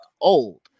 old